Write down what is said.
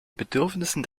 bedürfnissen